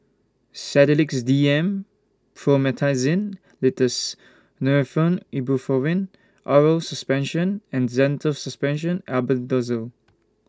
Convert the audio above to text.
Sedilix D M Promethazine Linctus Nurofen Ibuprofen Oral Suspension and Zental Suspension Albendazole